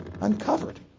uncovered